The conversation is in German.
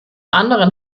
anderen